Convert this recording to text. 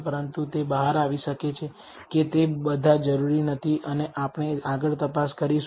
પરંતુ તે બહાર આવી શકે છે કે તે બધા જરૂરી નથી અને આપણે આગળ તપાસ કરીશું